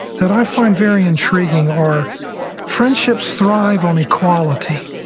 that i find very intriguing are friendships thrive on equality.